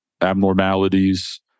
abnormalities